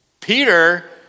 Peter